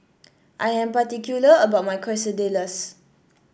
I am particular about my Quesadillas